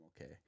okay